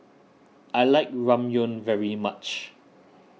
I like Ramyeon very much